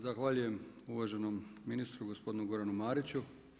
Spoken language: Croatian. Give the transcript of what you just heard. Zahvaljujem uvaženom ministru gospodinu Goranu Mariću.